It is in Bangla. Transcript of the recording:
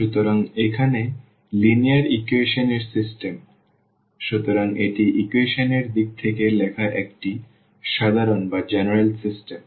সুতরাং এখানে লিনিয়ার ইকুয়েশন এর সিস্টেম সুতরাং এটি ইকুয়েশন এর দিক থেকে লেখা একটি সাধারণ সিস্টেম